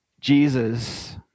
Jesus